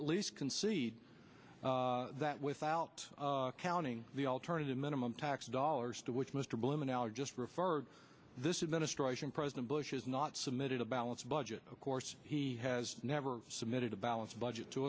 at least concede that without counting the alternative minimum tax dollars to which mr bloom an allergist referred this administration president bush is not submitted a balanced budget of course he has never submitted a balanced budget to